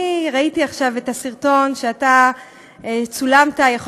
אני ראיתי עכשיו את הסרטון שאתה צולמת בו,